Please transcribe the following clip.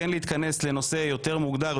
כן להתכנס לנושא יותר מוגדר,